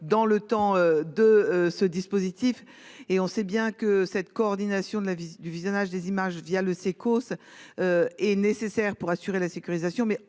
dans le temps de ce dispositif et on sait bien que cette coordination de la visite du visionnage des images via le Seco. Est nécessaire pour assurer la sécurisation,